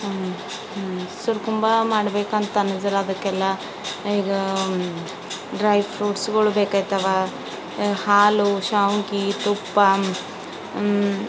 ಸುರಕುಂಭ ಮಾಡ್ಬೇಕಂತಂದಿದ್ರೆ ಅದಕ್ಕೆಲ್ಲ ಈಗ ಡ್ರೈ ಫ್ರೂಟ್ಸ್ಗಳು ಬೇಕಾಯ್ತವೆ ಹಾಲು ಶಾವ್ಗೆ ತುಪ್ಪ